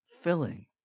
Filling